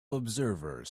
observers